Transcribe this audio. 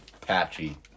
patchy